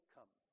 Come